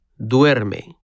duerme